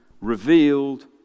revealed